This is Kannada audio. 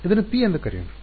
ಇದನ್ನು p ಎಂದು ಕರೆಯೋಣ